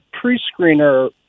pre-screener